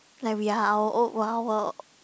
like we're all odd wild world